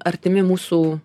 artimi mūsų